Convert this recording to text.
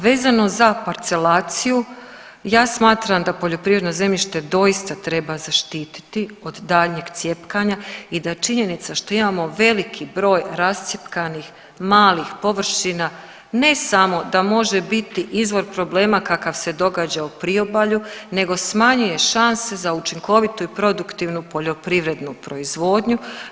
Vezano za parcelaciju, ja smatram da poljoprivredno zemljište doista treba zaštiti od daljnjeg cjepkanja i da činjenica što imamo veliki broj rascjepkanih malih površina ne samo da može biti izvor problema kakav se događa u priobalju nego smanjuje šanse za učinkovitu i produktivnu poljoprivrednu proizvodnju.